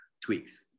tweaks